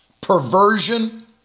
Perversion